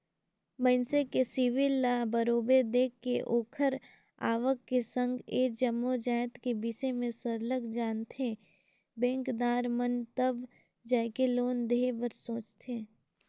मइनसे के सिविल ल बरोबर देख के ओखर आवक के संघ ए जम्मो जाएत के बिसे में सरलग जानथें बेंकदार मन तब जाएके लोन देहे बर सोंचथे